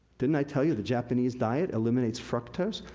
didn't i tell you the japanese diet eliminates fructose?